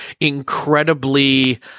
incredibly